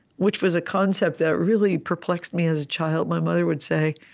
which was a concept that really perplexed me as a child my mother would say,